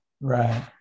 right